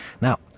Now